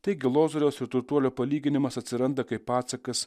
taigi lozoriaus ir turtuolio palyginimas atsiranda kaip atsakas